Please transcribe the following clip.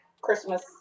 Christmas